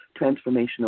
transformational